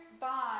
bond